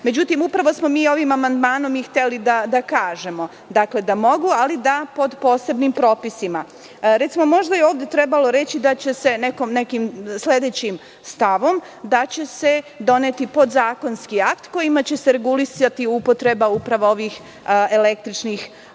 Međutim, upravo smo mi ovim amandmanom mi hteli da kažemo – da mogu, ali da pod posebnim propisima. Recimo, možda je ovde trebalo reći da će se nekim sledećim stavom doneti podzakonski akt kojim će se regulisati upotreba upravo ovih električnih